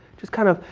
just kind of,